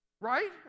Right